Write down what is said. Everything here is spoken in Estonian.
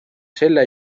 selle